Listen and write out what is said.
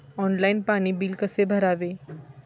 Online पाणी bill कसे भरावे?